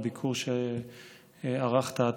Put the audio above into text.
הביקור שערכת אתה,